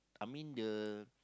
I mean the